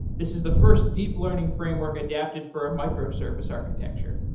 this is the first deep learning framework adapted for microservice architecture.